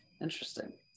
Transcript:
Interesting